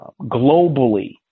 globally